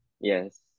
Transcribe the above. yes